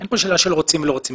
אין כאן שאלה של רוצים או לא רוצים.